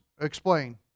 Explain